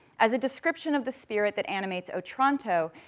as a description of the spirit that animates otranto,